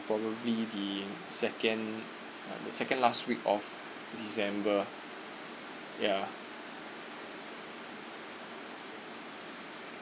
probably the second the second last week of december ya